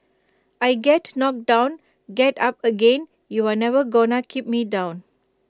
I get knocked down get up again you're never gonna keep me down